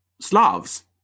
Slavs